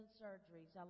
surgeries